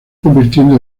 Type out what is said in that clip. convirtiendo